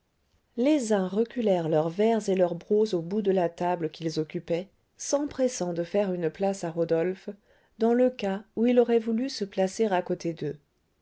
les uns reculèrent leurs verres et leurs brocs au bout de la table qu'ils occupaient s'empressant de faire une place à rodolphe dans le cas où il aurait voulu se placer à côté d'eux